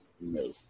no